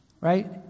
right